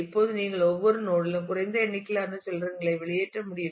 இப்போது நீங்கள் ஒவ்வொரு நோட் லும் குறைந்த எண்ணிக்கையிலான சில்ரன் களை வெளியேற்ற முடியும்